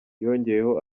yongeyeho